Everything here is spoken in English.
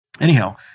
anyhow